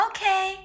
Okay